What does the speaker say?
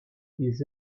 ils